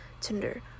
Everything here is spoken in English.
Tinder